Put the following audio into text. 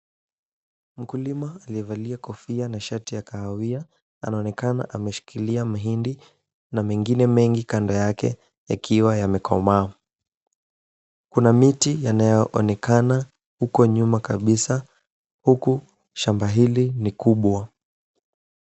Mkulima aliyevalia kofia na shati ya kahawia anaonekana ameshikilia mahindi na mengine mengi kando yake yakiwa yamekomaa. Kuna miti yanayoonekana huko nyuma kabisa huku shamba hili ni kubwa.